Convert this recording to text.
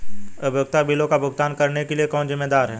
उपयोगिता बिलों का भुगतान करने के लिए कौन जिम्मेदार है?